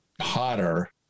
hotter